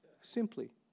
Simply